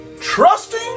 Trusting